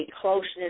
closeness